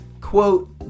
quote